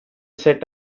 set